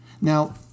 Now